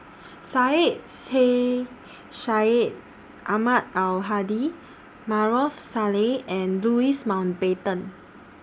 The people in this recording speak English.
Syed Sheikh Syed Ahmad Al Hadi Maarof Salleh and Louis Mountbatten